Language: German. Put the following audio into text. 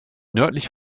nördlich